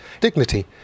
Dignity